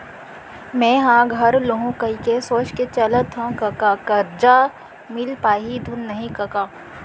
मेंहा घर लुहूं कहिके सोच के चलत हँव कका करजा मिल पाही धुन नइ कका